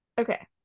Okay